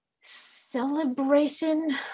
celebration